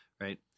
Right